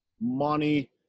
money